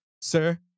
sir